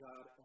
God